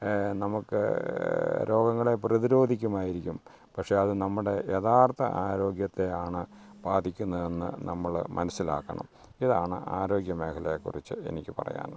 നമുക്ക് രോഗങ്ങളെ പ്രതിരോധിക്കുമായിരിക്കും പക്ഷെ അത് നമ്മളുടെ യഥാർത്ഥ ആരോഗ്യത്തെയാണ് ബാധിക്കുന്നതെന്നു നമ്മളഅ മനസ്സിലാക്കണം ഇതാണ് ആരോഗ്യമേഖലയെ കുറിച്ച് എനിക്ക് പറയാനുള്ളത്